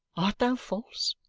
art thou false?